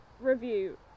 Review